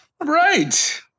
Right